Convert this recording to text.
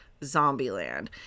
Zombieland